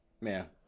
man